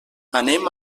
anem